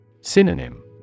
Synonym